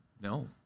No